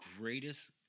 greatest